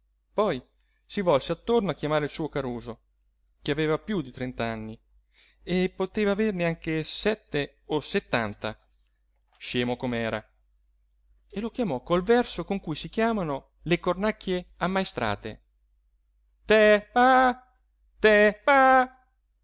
poi si volse attorno a chiamare il suo caruso che aveva piú di trent'anni e poteva averne anche sette o settanta scemo com'era e lo chiamò col verso con cui si chiamano le cornacchie ammaestrate te pa te pa